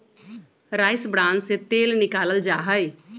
rice bran से तेल निकाल्ल जाहई